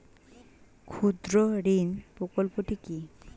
ক্ষুদ্রঋণ প্রকল্পটি কি?